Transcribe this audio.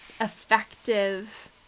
effective